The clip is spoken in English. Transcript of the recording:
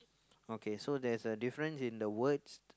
okay so there's a difference in the words